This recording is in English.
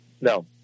No